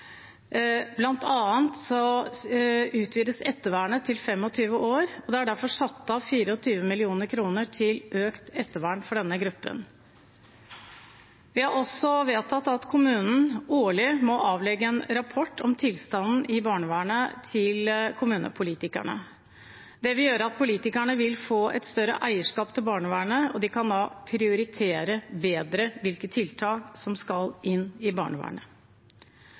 utvides retten til ettervern til fylte 25 år. Det er derfor satt av 24 mill. kr til økt ettervern for denne gruppen. Vi har også vedtatt at kommunene årlig må avlegge rapport om tilstanden i barnevernet til kommunepolitikerne. Det vil gjøre at politikere vil få et større eierskap til barnevernet, og at de kan prioritere bedre hvilke tiltak som skal inn i barnevernet.